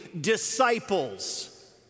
Disciples